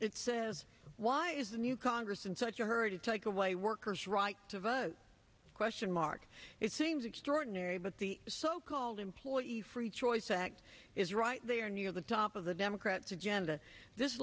it says why is the new congress in such a hurry to take away workers right to vote question mark it seems extraordinary but the so called employee free choice act is right there near the top of the democrats agenda this